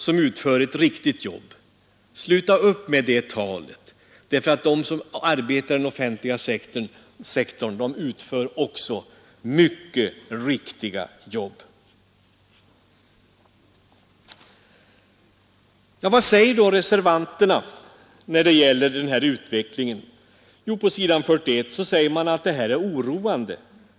På s. 36 i betänkandet behandlar reservanterna — i avsnittet ”Konjunkturer och ekonomisk politik 1973 74? Inte ett ord!